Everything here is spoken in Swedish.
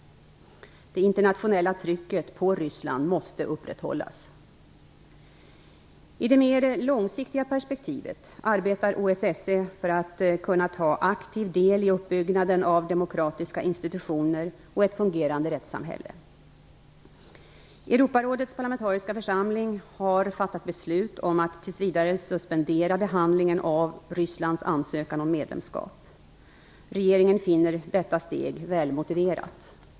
Det internationella trycket på Ryssland måste upprätthållas. I det mer långsiktiga perspektivet arbetar OSSE för att kunna ta aktiv del i uppbyggnaden av demokratiska institutioner och ett fungerande rättssamhälle. Europarådets parlamentariska församling har fattat beslut om att tills vidare suspendera behandlingen av Rysslands ansökan om medlemskap. Regeringen finner detta steg välmotiverat.